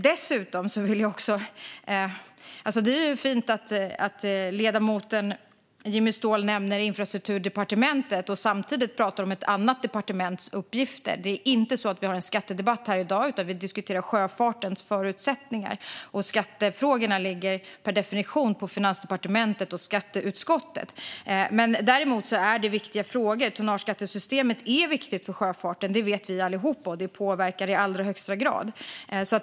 Dessutom vill jag säga att det ju är fint att ledamoten Jimmy Ståhl nämner Infrastrukturdepartementet och samtidigt pratar om ett annat departements uppgifter. Vi har inte en skattedebatt här i dag, utan vi diskuterar sjöfartens förutsättningar. Skattefrågorna ligger per definition på Finansdepartementet och skatteutskottet. Däremot är det här viktiga frågor. Tonnageskattesystemet är viktigt för sjöfarten. Det vet vi allihop, och det påverkar i allra högsta grad.